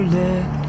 let